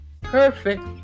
perfect